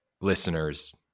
listeners